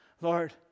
Lord